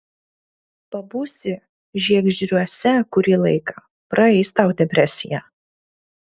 pabūsi žiegždriuose kurį laiką praeis tau depresija